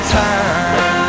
time